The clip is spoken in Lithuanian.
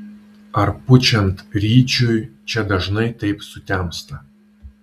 ar pučiant ryčiui čia dažnai taip sutemsta